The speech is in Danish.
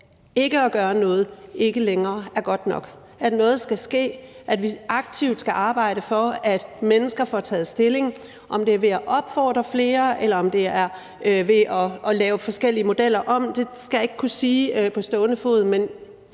ikke at gøre noget ikke længere er godt nok; at noget skal ske, og at vi aktivt skal arbejde for, at mennesker får taget stilling. Om det er ved at opfordre flere, eller om det er ved at lave forskellige modeller om, skal jeg ikke kunne sige på stående fod, men